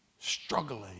struggling